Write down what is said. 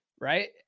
right